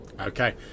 Okay